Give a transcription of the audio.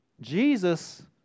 Jesus